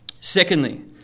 Secondly